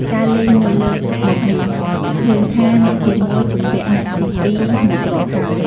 ការលេងមួយលើកមកនេះ ឃើញថាអ្នកទី១ ជំពាក់អ្នកទី២ មួយគ្រាប់ហើយ។